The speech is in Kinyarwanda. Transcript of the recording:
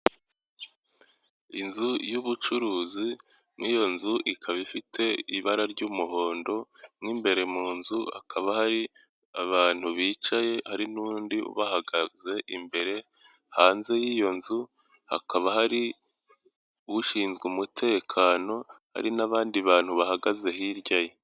Inzu y'ubucuruzi, n'iyo nzu ikaba ifite ibara ry'umuhondo, nk'imbere mu nzu hakaba hari abantu bicaye, hari n'undi bahagaze imbere. Hanze y'iyo nzu hakaba hari ushinzwe umutekano, hari n'abandi bantu bahagaze hirya ye.